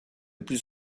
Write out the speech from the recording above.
plus